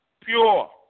pure